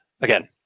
again